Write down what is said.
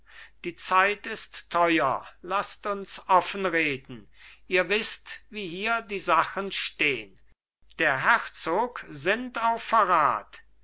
die zeit ist teuer laßt uns offen reden ihr wißt wie hier die sachen stehn der herzog sinnt auf verrat